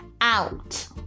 out